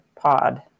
pod